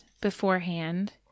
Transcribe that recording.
beforehand